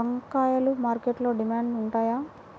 వంకాయలు మార్కెట్లో డిమాండ్ ఉంటాయా?